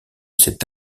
cet